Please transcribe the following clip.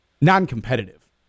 non-competitive